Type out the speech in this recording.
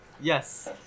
Yes